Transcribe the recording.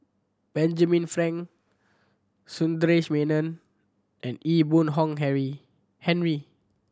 Benjamin Frank Sundaresh Menon and Ee Boon Henry Henry